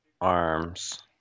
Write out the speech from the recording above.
arms